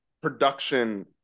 production